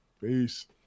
Peace